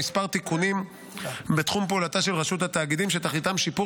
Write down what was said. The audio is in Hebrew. תיקונים בתחום פעולתה של רשות התאגידים שתכליתם שיפור